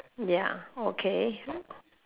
ya okay